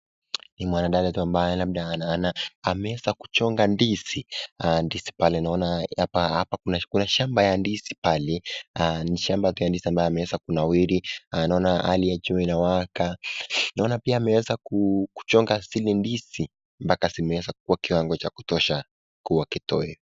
Ni mwanadada tu ambaye labda ana anaweza kuchonga ndizi. Ndizi pale naona hapa kuna shamba ya ndizi pale. Ni shamba ya ndizi ambayo imeweza kunawiri. Naona hali ya jua inawaka. Naona pia ameweza kuchonga zile ndizi mpaka zimeweza kuwa kiwango cha kutosha kuwa kitoweo.